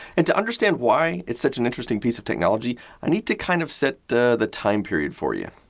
and, to understand why it's such an interesting piece of technology i need to kind of set the the time period for you.